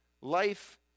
life